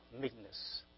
meekness